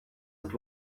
that